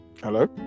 Hello